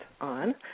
on